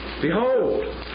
Behold